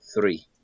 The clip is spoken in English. Three